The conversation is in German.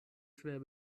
schwer